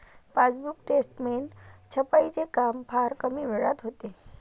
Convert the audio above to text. passbook statement छपाईचे काम फार कमी वेळात होते